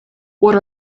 what